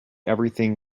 everything